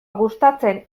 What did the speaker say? gustatzen